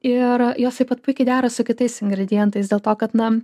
ir jos taip pat puikiai dera su kitais ingredientais dėl to kad na